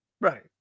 right